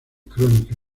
crónica